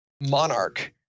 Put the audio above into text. monarch